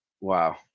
Wow